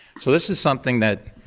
so this is something that,